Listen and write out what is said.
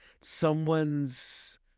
someone's